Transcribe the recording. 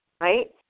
right